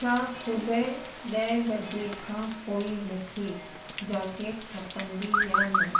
छा सुबुह ॾहे वजे खां पोएं मूंखे जाकेट खपंदी या न